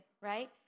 right